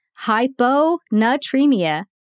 hyponatremia